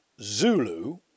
Zulu